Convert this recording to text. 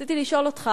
רציתי לשאול אותך: